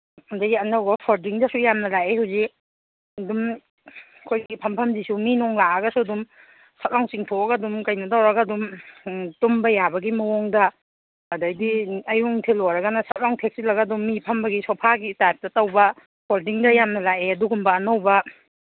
ꯑꯗꯒꯤ ꯑꯅꯧꯕ ꯐꯣꯜꯗꯤꯡꯗꯁꯨ ꯌꯥꯝꯅ ꯂꯥꯛꯏ ꯍꯧꯖꯤꯛ ꯑꯗꯨꯝ ꯑꯩꯈꯣꯏꯒꯤ ꯐꯝꯐꯝꯁꯤꯁꯨ ꯃꯤ ꯅꯨꯡ ꯂꯥꯛꯑꯒꯁꯨ ꯑꯗꯨꯝ ꯁꯠ ꯂꯥꯎ ꯆꯤꯡꯊꯣꯛꯑꯒ ꯑꯗꯨꯝ ꯀꯩꯅꯣ ꯇꯧꯔꯒ ꯑꯗꯨꯝ ꯇꯨꯝꯕ ꯌꯥꯕꯒꯤ ꯃꯑꯣꯡꯗ ꯑꯗꯩꯗꯤ ꯑꯌꯨꯛ ꯅꯨꯡꯊꯤꯜ ꯑꯣꯏꯔꯒꯅ ꯁꯠ ꯂꯥꯎ ꯊꯦꯛꯆꯤꯜꯂꯒ ꯑꯗꯨꯝ ꯃꯤ ꯐꯝꯕꯒꯤ ꯁꯣꯐꯥꯒꯤ ꯇꯥꯏꯞꯇ ꯇꯧꯕ ꯐꯣꯜꯗꯤꯡꯗ ꯌꯥꯝꯅ ꯂꯥꯛꯑꯦ ꯑꯗꯨꯒꯨꯝꯕ ꯑꯅꯧꯕ